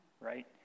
right